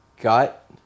gut